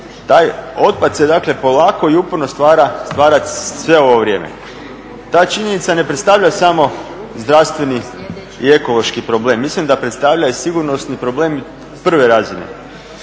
Taj otpad se dakle polako i uporno stvara sve ovo vrijeme. Ta činjenica ne predstavlja samo zdravstveni i ekološki problem, mislim da predstavlja i sigurnosni problem prve razine.